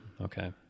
Okay